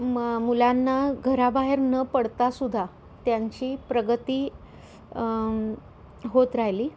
मग मुलांना घराबाहेर न पडता सुद्धा त्यांची प्रगती होत राहिली